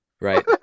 right